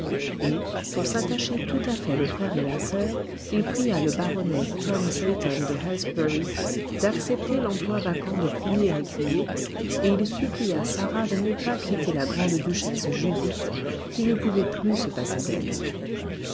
et pour s'attacher tout à fait le frère et la soeur il pria le baronnet tom seyton de halsbury d'accepter l'emploi vacant de premier écuyer et il supplia sarah de ne pas quitter la grande-duchesse judith qui ne pouvait plus se passer d'elle